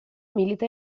milita